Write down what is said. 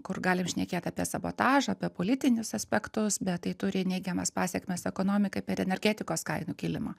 kur galim šnekėt apie sabotažą apie politinius aspektus bet tai turi neigiamas pasekmes ekonomikai per energetikos kainų kilimą